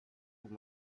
with